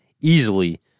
easily